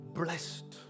blessed